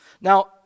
Now